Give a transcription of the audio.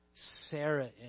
Sarah